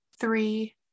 three